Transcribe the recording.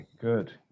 Good